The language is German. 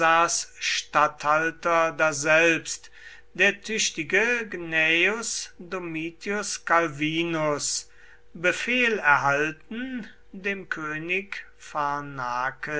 statthalter daselbst der tüchtige gnaeus domitius calvinus befehl erhalten dem könig